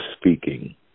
speaking